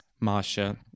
Masha